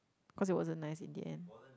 cause it wasn't nice in the end